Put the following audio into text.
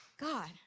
God